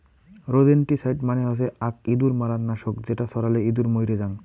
rodenticide মানে হসে আক ইঁদুর মারার নাশক যেটা ছড়ালে ইঁদুর মইরে জাং